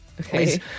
Okay